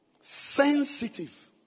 Sensitive